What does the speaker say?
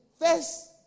first